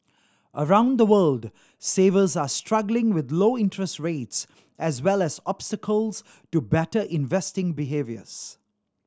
around the world savers are struggling with low interest rates as well as obstacles to better investing behaviours